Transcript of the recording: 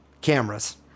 Cameras